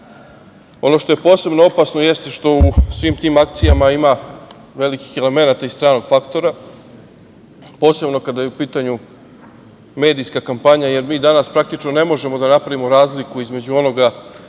što je posebno opasno jeste što u svim tim akcijama ima velikih elemenata i stranog faktora, posebno kada je u pitanju medijska kampanja, jer mi danas praktično ne možemo da napravimo razliku između onoga